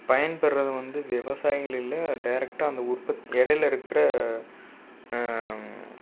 பயன்படறதை வந்து விவசாயிகள் இல்லை டேரக்டாக அந்த உற்பத்தி எடையிலருக்குற